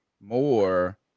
more